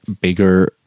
bigger